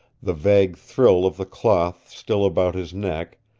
the vague thrill of the cloth still about his neck,